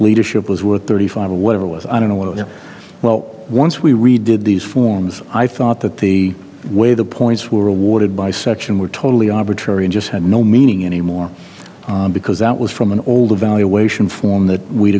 leadership was worth thirty five whatever was i don't know it well once we redid these forms i thought that the way the points were awarded by such and were totally arbitrary and just had no meaning anymore because that was from an old evaluation form that we'd